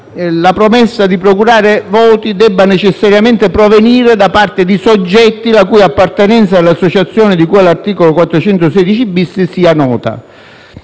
la promessa di procurare voti deve necessariamente provenire da soggetti la cui appartenenza alle associazioni di cui all'articolo 416-*bis* sia nota,